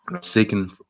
seeking